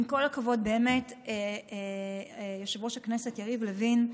עם כל הכבוד, יושב-ראש הכנסת יריב לוין,